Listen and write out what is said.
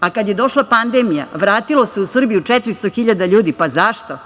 a kada je došla pandemija, vratilo se u Srbiju 400.000 ljudi. Zašto?